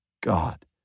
God